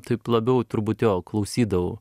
taip labiau turbūt jo klausydavau